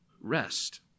rest